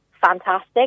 fantastic